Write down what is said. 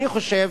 אני חושב